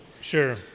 Sure